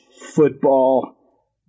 football